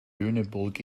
lüneburg